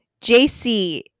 JC